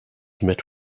met